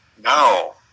No